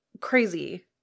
crazy